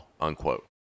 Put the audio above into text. unquote